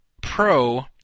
pro